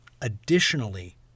Additionally